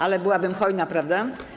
Ale byłabym hojna, prawda?